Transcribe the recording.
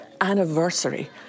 anniversary